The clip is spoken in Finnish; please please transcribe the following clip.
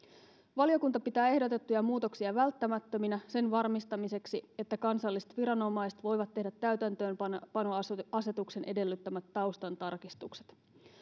valiokunta pitää ehdotettuja muutoksia välttämättöminä sen varmistamiseksi että kansalliset viranomaiset voivat tehdä täytäntöönpanoasetuksen edellyttämät taustan tarkistukset